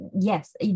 yes